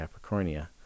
Capricornia